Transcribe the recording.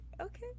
okay